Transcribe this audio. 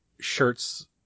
shirts